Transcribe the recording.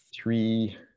three